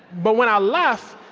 but when i left,